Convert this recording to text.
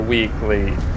Weekly